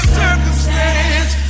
circumstance